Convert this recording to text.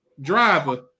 driver